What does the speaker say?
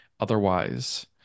otherwise